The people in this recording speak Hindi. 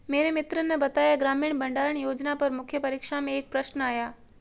मेरे मित्र ने बताया ग्रामीण भंडारण योजना पर मुख्य परीक्षा में एक प्रश्न आया